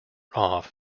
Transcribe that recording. off